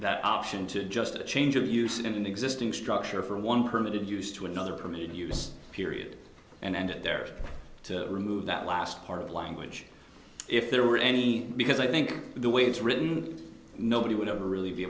option to just change or use an existing structure for one permitted use to another permitted use period and end it there to remove that last part of the language if there were any because i think the way it's written nobody would ever really be